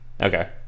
Okay